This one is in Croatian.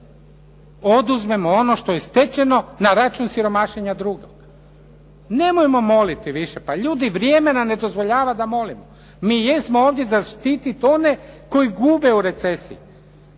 oduzmemo ono što je stečeno na račun siromašenja drugog. Nemojmo moliti više, pa ljudi, vrijeme nam ne dozvoljava da molimo. Mi jesmo ovdje za štititi one koji gube u recesiji,